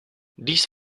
these